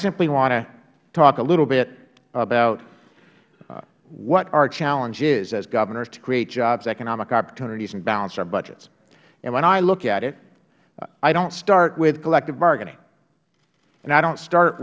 simply want to talk a little bit about what our challenge is as governors to create jobs economic opportunities and balance our budgets and when i look at it i dont start with collective bargaining and i dont start